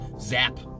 Zap